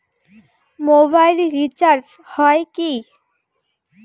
Mobile recharge হয় কি?